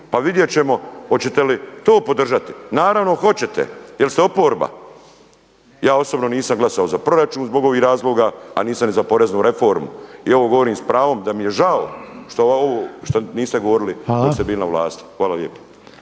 pa vidjet ćemo hoće li to podržati. Naravno hoćete jer ste oporba. Ja osobno nisam glasovao za proračun zbog ovih razloga, a nisam ni za poreznu reformu. I ovo govorim s pravom da mi je žao što ovo niste govorili dok ste bili na vlasti. …/Upadica